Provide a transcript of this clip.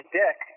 dick